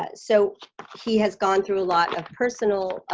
ah so he has gone through a lot of personal